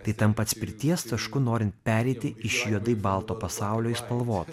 tai tampa atspirties tašku norint pereiti iš juodai balto pasaulio į spalvotą